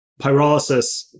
Pyrolysis